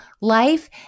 life